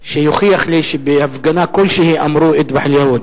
שיוכיח לי שבהפגנה כלשהי אמרו "אטבח אל-יהוד".